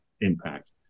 impact